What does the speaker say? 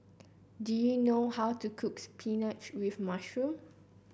do you know how to cook spinach with mushroom